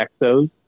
exos